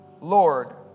Lord